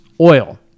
oil